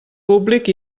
públic